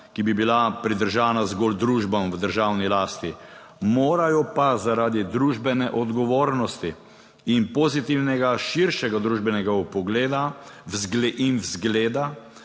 ki bi bila pridržana zgolj družbam v državni lasti. Morajo pa, zaradi družbene odgovornosti in pozitivnega širšega družbenega vpogleda in vzgleda